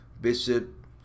bishop